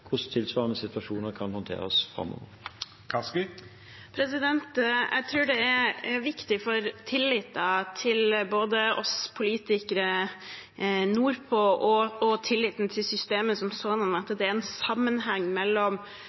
hvordan tilsvarende situasjoner kan håndteres framover. Jeg tror det er viktig for tilliten til både oss politikere nordpå og systemet som sådant at det er en sammenheng mellom